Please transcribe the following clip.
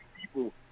people